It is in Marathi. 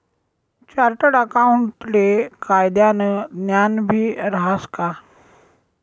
चार्टर्ड अकाऊंटले कायदानं ज्ञानबी रहास का